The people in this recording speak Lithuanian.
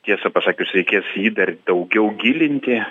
tiesą pasakius reikės jį dar daugiau gilinti